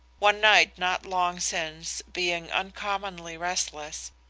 one night not long since, being uncommonly restless,